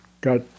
got